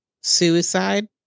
suicide